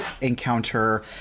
encounter